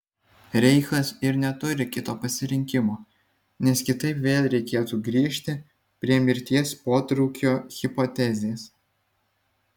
reichas ir neturi kito pasirinkimo nes kitaip vėl reikėtų grįžti prie mirties potraukio hipotezės